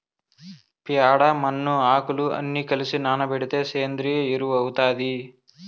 ప్యాడ, మన్ను, ఆకులు అన్ని కలసి నానబెడితే సేంద్రియ ఎరువు అవుతాది